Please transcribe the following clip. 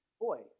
boy